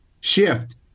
shift